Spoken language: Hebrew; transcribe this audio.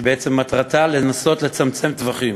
שבעצם מטרתה לנסות לצמצם טווחים,